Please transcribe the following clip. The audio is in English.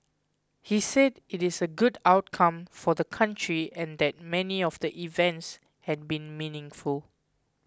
he said it is a good outcome for the country and that many of the events had been meaningful